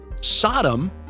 Sodom